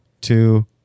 two